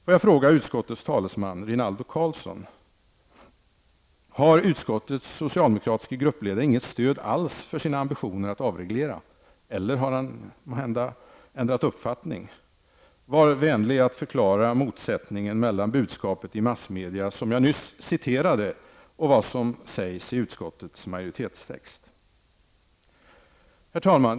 Får jag fråga utskottets talesman, Rinaldo Karlsson, om utskottets socialdemokratiska gruppledare inte har något stöd alls för sina ambitioner att avreglera. Eller har han ändrat uppfattning? Var vänlig och förklara motsättningen mellan budskapet i massmedia, som jag nyss citerade, och vad som sägs i utskottets majoritetstext. Herr talman!